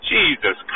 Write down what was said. Jesus